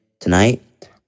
tonight